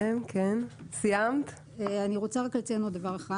אני רוצה לציין עוד דבר אחד.